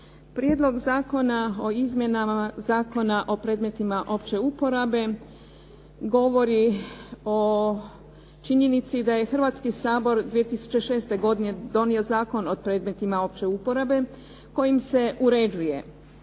Prijedlog zakona o izmjenama Zakona o predmetima opće uporabe govori o činjenici da je Hrvatski sabor 2006. godine donio Zakon o predmetima opće uporabe kojim se uređuje